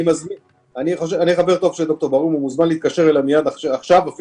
הוא מוזמן להתקשר אליי עכשיו,